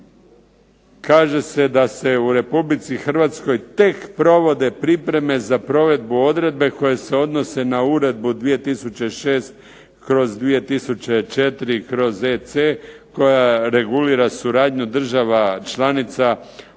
kaže se da se u Republici Hrvatskoj tek provode pripreme za provedbu odredbe koje se odnose na Uredbu 2006/2004/EC koja regulira suradnju država članica u